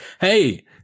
hey